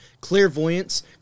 clairvoyance